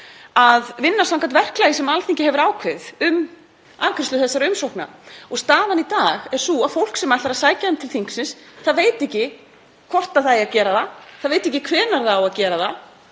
að vinna samkvæmt verklagi sem Alþingi hefur ákveðið um afgreiðslu þessara umsókna. Staðan í dag er sú að fólk sem ætlar að sækja um til þingsins veit ekki hvort það á að gera það, það veit ekki hvenær það á að gera það,